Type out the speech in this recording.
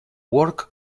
work